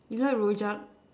you like rojak